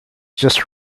just